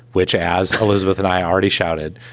which, as elizabeth and i already shouted,